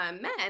men